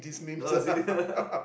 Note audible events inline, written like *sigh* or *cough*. oh serious *laughs*